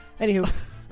Anywho